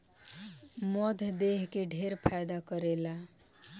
मध देह के ढेर फायदा करेला